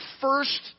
first